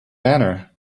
banner